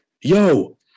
yo